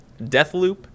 Deathloop